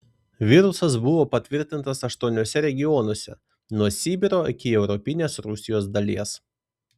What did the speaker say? virusas buvo patvirtintas aštuoniuose regionuose nuo sibiro iki europinės rusijos dalies